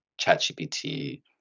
ChatGPT